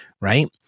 right